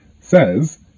Says